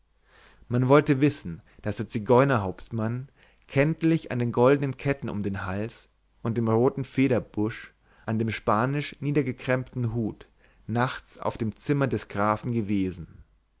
man wollte wissen daß der zigeunerhauptmann kenntlich an den goldnen ketten um den hals und dem roten federbusch an dem spanisch niedergekrempten hut nachts auf dem zimmer des grafen gewesen